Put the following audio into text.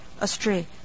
astray